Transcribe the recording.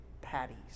patties